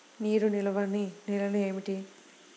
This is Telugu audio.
నీరు నిలువని నేలలు ఏమిటి?